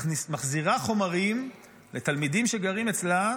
מחזירה חומרים לתלמידים שגרים אצלה,